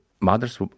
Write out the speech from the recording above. mother's